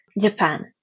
Japan